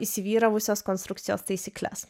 įsivyravusias konstrukcijos taisykles